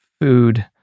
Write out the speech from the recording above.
food